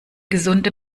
gesunde